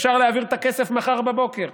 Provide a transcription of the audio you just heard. אפשר להעביר את הכסף מחר בבוקר.